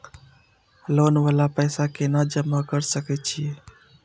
Loan वाला पैसा केना जमा कर सके छीये?